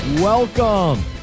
Welcome